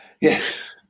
Yes